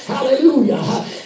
Hallelujah